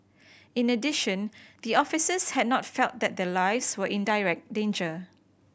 in addition the officers had not felt that their lives were in direct danger